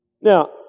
Now